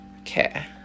Okay